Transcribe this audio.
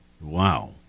wow